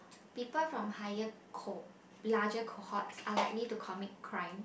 people from higher larger cohort are likely to commit crime